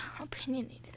opinionated